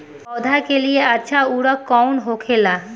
पौधा के लिए अच्छा उर्वरक कउन होखेला?